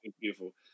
beautiful